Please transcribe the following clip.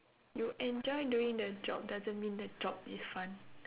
you enjoy doing the job doesn't mean the job is fun